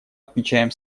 отмечаем